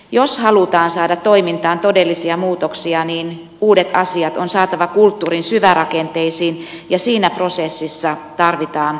jos halutaan saada toimintaan todellisia muutoksia niin uudet asiat on saatava kulttuurin syvärakenteisiin ja siinä prosessissa tarvitaan johtamista